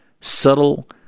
subtle